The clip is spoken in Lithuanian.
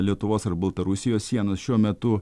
lietuvos ar baltarusijos sienos šiuo metu